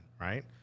right